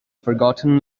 forgotten